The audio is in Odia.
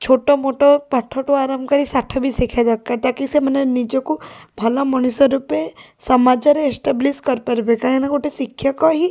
ଛୋଟମୋଟ ପାଠଠାରୁ ଆରମ୍ଭ କରି ସାଠ ବି ଶିଖିବା ଦରକାର ତାକି ସେମାନେ ନିଜକୁ ଭଲ ମଣିଷ ରୂପେ ସମାଜରେ ଏଷ୍ଟାବ୍ଲିସ୍ କରିପାରିବେ କାଇଁକିନା ଗୋଟେ ଶିକ୍ଷକ ହିଁ